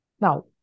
now